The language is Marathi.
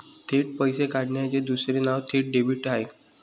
थेट पैसे काढण्याचे दुसरे नाव थेट डेबिट आहे